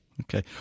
Okay